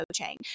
coaching